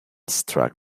struck